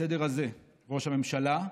בסדר זה: ראש הממשלה,